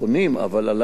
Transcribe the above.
אבל עלי הם לא מקובלים,